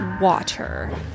water